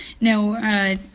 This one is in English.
Now